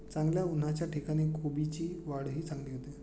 चांगल्या उन्हाच्या ठिकाणी कोबीची वाढही चांगली होते